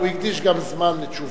בכל זאת הוא הקדיש גם זמן לתשובה.